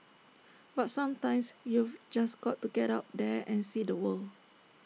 but sometimes you've just got to get out there and see the world